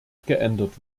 geändert